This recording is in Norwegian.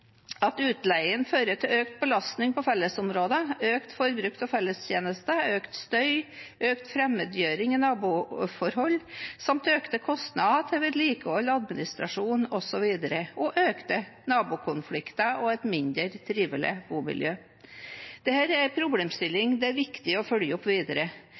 utleien fører til økt belastning på fellesområder, økt forbruk av fellestjenester, økt støy, økt fremmedgjøring i naboforhold samt økte kostnader til vedlikehold, administrasjon osv., og økte nabokonflikter og et mindre trivelig bomiljø. Dette er en problemstilling det er viktig å følge opp videre.